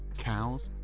cows,